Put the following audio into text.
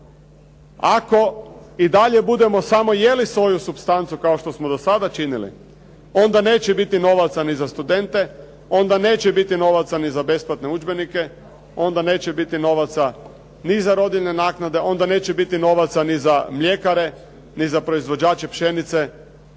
Ako i dalje budemo samo jeli svoju supstancu kao što smo do sada činili, onda neće biti novaca ni za studente, onda neće biti novaca ni za besplatne udžbenike, onda neće biti novaca ni za rodiljne naknade, onda neće biti novaca ni za mljekare, ni za proizvođače pšenice.